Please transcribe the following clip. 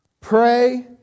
Pray